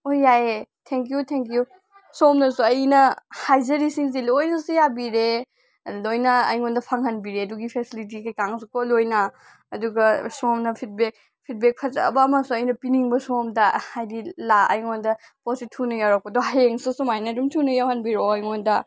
ꯍꯣꯏ ꯌꯥꯏꯑꯦ thank you thank you ꯁꯣꯝꯅꯁꯨ ꯑꯩꯅ ꯍꯥꯏꯖꯔꯤꯁꯤꯡꯁꯦ ꯂꯣꯏꯅꯁꯨ ꯌꯥꯕꯤꯔꯦ ꯂꯣꯏꯅ ꯑꯩꯉꯣꯟꯗ ꯐꯪꯍꯟꯕꯤꯔꯦ ꯑꯗꯨꯒꯤ ꯐꯦꯁꯤꯂꯤꯇꯤ ꯀꯩꯀꯥꯡꯁꯨ ꯀꯣ ꯂꯣꯏꯅ ꯑꯗꯨꯒ ꯁꯣꯝꯅ ꯐꯤꯠꯕꯦꯛ ꯐꯤꯠꯕꯦꯛ ꯐꯖꯕ ꯑꯃꯁꯨ ꯑꯩꯅ ꯄꯤꯅꯤꯡꯕ ꯁꯣꯝꯗ ꯍꯥꯏꯗꯤ ꯑꯩꯉꯣꯟꯗ ꯄꯣꯠꯁꯦ ꯊꯨꯅ ꯌꯧꯔꯛꯄꯗꯣ ꯍꯌꯦꯡꯁꯨ ꯁꯨꯃꯥꯏꯅ ꯑꯗꯨꯝ ꯊꯨꯅ ꯌꯧꯍꯟꯕꯤꯔꯛꯑꯣ ꯑꯩꯉꯣꯟꯗ